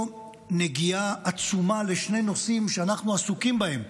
נגיעה עצומה לשני נושאים שאנחנו עסוקים בהם: